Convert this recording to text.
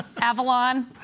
Avalon